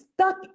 stuck